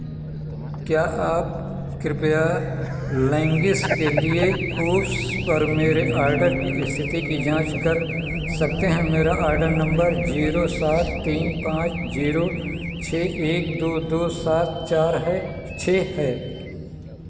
क्या आप कृपया लेंगिस के लिए कूव्स पर मेरे ऑर्डर की स्थिति की जांच कर सकते हैं मेरा ऑर्डर नम्बर जीरो सात तीन पाँच जीरो छः एक दो दो सात चार है छः है